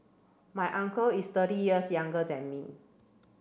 my uncle is thirty years younger than me